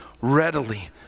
readily